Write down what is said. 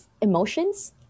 emotions